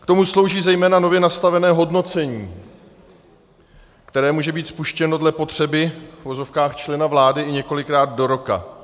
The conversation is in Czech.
K tomu slouží zejména nově nastavené hodnocení, které může být spuštěno dle potřeby, v uvozovkách, člena vlády i několikrát do roka.